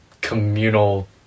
communal